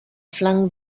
flung